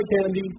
Candy